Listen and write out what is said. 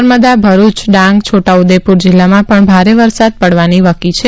નર્મદા ભરૂચ ડાંગ છોટા ઉદેપુર જિલ્લામાં પણ ભારે વરસાદ પડવાની વકી છે